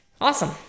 Awesome